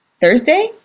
Thursday